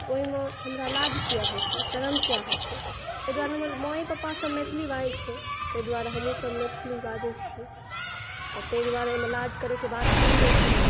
तऽ ओहिमे हमरा लाज किया हेतै शरम किया हेतै एहि दुआरे हमर माए पापा सब मैथिली बाजै छै तै दुआरे हमहुसब मैथिली बाजै छी तऽ तै दुआरे एहिमे लाज करै के बात कोनो नहि छै